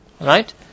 Right